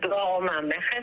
בדואר או מהמכס.